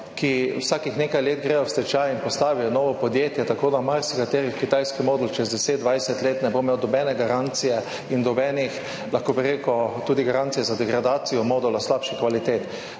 ki vsakih nekaj let gredo v stečaj in postavijo novo podjetje, tako da marsikateri kitajski modul čez 10, 20 let ne bo imel nobene garancije in nobenih, lahko bi rekel, tudi garancij za degradacijo modula slabših kvalitet.